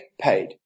paid